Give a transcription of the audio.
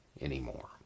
anymore